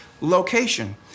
location